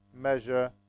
measure